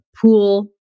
pool